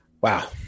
wow